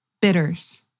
bitters